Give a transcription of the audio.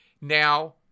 Now